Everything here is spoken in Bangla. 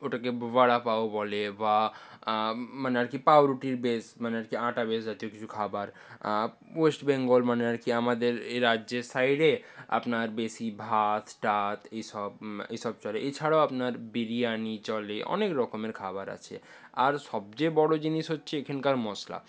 ওটাকে বড়া পাও বলে বা মানে আর কি পাউরুটির বেস মানে আর কি আটা বেস জাতীয় কিছু খাবার ওয়েস্ট বেঙ্গল মানে আর কি আমাদের এ রাজ্যের সাইডে আপনার বেশি ভাত টাত এই সব এই সব চলে এছাড়াও আপনার বিরিয়ানি চলে অনেক রকমের খাবার আছে আর সবচেয়ে বড় জিনিস হচ্ছে এখানকার মশলা